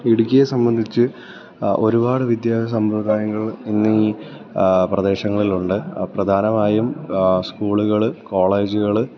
ഇടുക്കിയെ സംബന്ധിച്ച് ഒരുപാട് വിദ്യാഭാ സമ്പ്രദായങ്ങൾ ഇന്ന് ഈ പ്രദേശങ്ങളിലുണ്ട് പ്രധാനമായും സ്കൂളുകൾ കോളേജുകൾ